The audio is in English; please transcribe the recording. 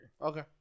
Okay